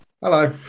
hello